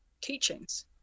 teachings